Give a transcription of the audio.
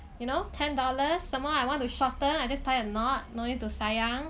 you know ten dollars some more I want to shorten I just tie a knot no need to sayang